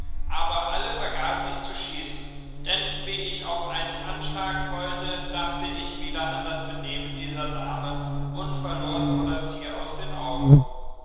aber alle vergaß ich zu schießen denn wie ich auf eines anschlagen wollte dachte ich wieder an das benehmen dieser dame und verlor so das tier aus den augen